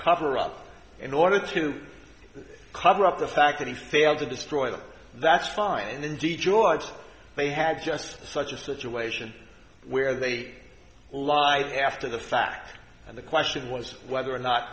cover up in order to cover up the fact that he failed to destroy them that's fine and gee george they had just such a situation where they lied after the fact and the question was whether or not